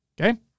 Okay